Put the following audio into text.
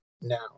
now